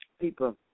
people